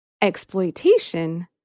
exploitation